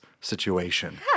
situation